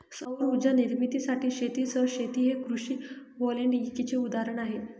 सौर उर्जा निर्मितीसाठी शेतीसह शेती हे कृषी व्होल्टेईकचे उदाहरण आहे